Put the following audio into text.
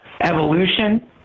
evolution